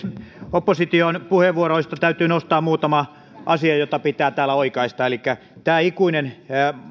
opposition puheenvuoroista täytyy nostaa muutama asia jotka pitää täällä oikaista elikkä tämä ikuinen